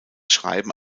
schreiben